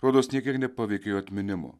rodos nė kiek nepaveikė jo atminimo